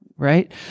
right